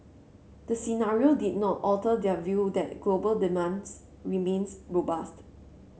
the scenario did not alter their view that global demands remains robust